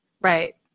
Right